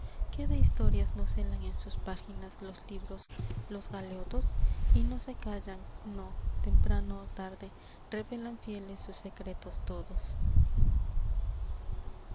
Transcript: de historias no celan en sus páginas los libros los galeotos y no se callan no temprano o tarde revelan fieles sus secretos todos